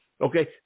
okay